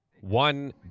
one